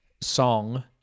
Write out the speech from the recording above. song